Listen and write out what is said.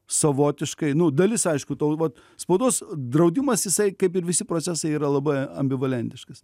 savotiškai nu dalis aišku tol vat spaudos draudimas jisai kaip ir visi procesai yra labai ambivalentiškas